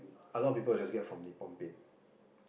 a lot of people just get from Nippon-paint